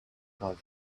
grave